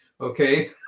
okay